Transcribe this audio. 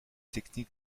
techniques